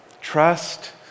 Trust